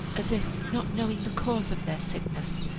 as if, not knowing the cause of their sickness,